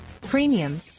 premium